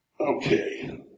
Okay